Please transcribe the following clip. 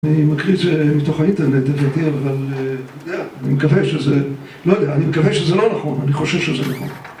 אני מקריא את זה מתוך האינטרנט יותר ויותר, אבל... לא יודע, אני מקווה שזה... לא יודע, אני מקווה שזה לא נכון, אני חושב שזה נכון.